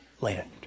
land